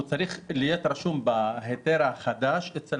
הוא צריך להיות רשום בהיתר החדש אצל